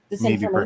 maybe-